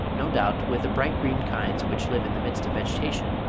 no doubt with the bright green kinds which live in the midst of vegetation,